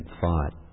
thought